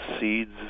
seeds